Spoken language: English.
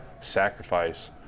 sacrifice